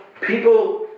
people